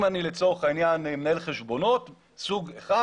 אם אני לצורך העניין מנהל חשבונות סוג 1,